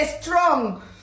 Strong